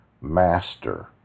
master